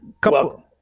couple